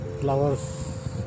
flowers